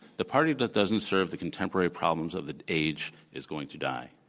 the party that doesn't serve the contemporary problems of the age is going to die.